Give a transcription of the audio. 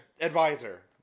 Advisor